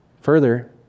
Further